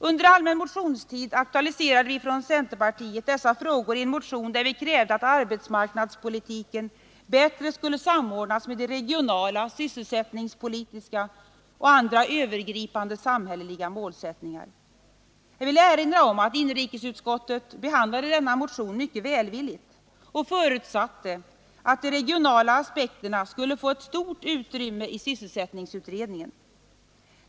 Under allmänna motionstiden aktualiserade vi i centerpartiet dessa frågor i en motion, där vi krävde att arbetsmarknadspolitiken bättre skulle samordnas med de regionala, sysselsättningspolitiska och andra övergripande samhälleliga målsättningarna. Jag vill erinra om att inrikesutskottet behandlade denna motion mycket välvilligt och förutsatte att de regionala aspekterna skulle få ett stort utrymme i sysselsättningsutredningen.